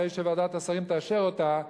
אחרי שוועדת השרים תאשר אותה,